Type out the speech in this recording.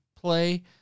play